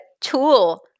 Tool